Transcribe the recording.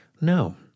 No